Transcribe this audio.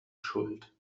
schuld